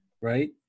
right